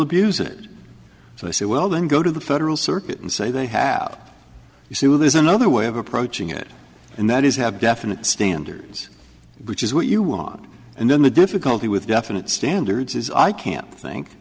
abuse it so i say well then go to the federal circuit and say they have you see well there's another way of approaching it and that is have definite standards which is what you want and then the difficulty with definite standards is i can't think